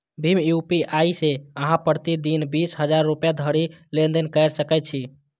भीम UPI सं अहां प्रति दिन बीस हजार रुपैया धरि लेनदेन कैर सकै छी